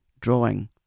drawing